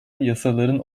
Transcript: yasaların